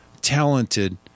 talented